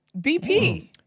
BP